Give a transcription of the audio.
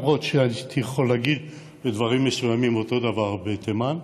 למרות שהייתי יכול להגיד בדברים מסוימים אותו דבר בתימן,